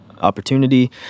opportunity